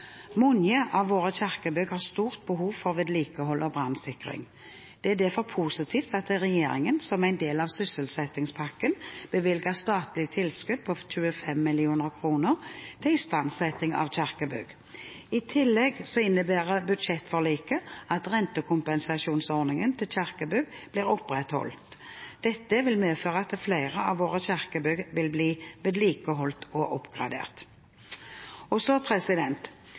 av våre kirkebygg har stort behov for vedlikehold og brannsikring. Det er derfor positivt at regjeringen som en del av sysselsettingspakken bevilger statlig tilskudd på 25 mill. kr til istandsetting av kirkebygg. I tillegg innebærer budsjettforliket at rentekompensasjonsordningen til kirkebygg blir opprettholdt. Dette vil medføre at flere av våre kirkebygg vil bli vedlikeholdt og oppgradert. Etter mange års arbeid og